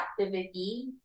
activity